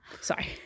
Sorry